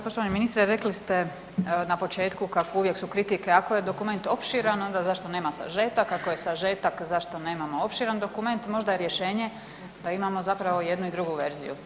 Poštovani ministre, rekli ste na početku kako uvijek su kritike ako je dokument opširan, onda zašto nema sažetaka, ako je sažetak, zašto nemamo opširan dokument, možda je rješenje da imamo zapravo i jednu i drugu verziju.